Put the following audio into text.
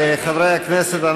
חברי הכנסת,